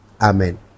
Amen